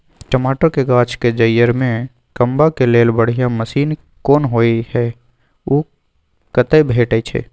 टमाटर के गाछ के जईर में कमबा के लेल बढ़िया मसीन कोन होय है उ कतय भेटय छै?